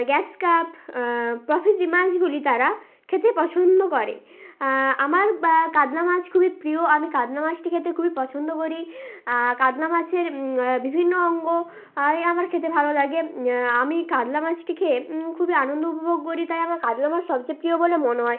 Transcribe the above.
gas carp প্রভৃতি মাছগুলি তারা খেতে পছন্দ করে আমার বা কাতলা মাছ খুবই প্রিয় আমি কাতলা মাছটি খেতে খুবই পছন্দ করি কাতলা মাছের বিভিন্ন অঙ্গ এ আমার খেতে ভালো লাগে আমি কাতলা মাছটি খেয়ে খুবই আনন্দ উপভোগ করি তাই আমার কাতলা মাছ সবচেয়ে প্রিয় বলে মনে হয়